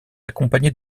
accompagnées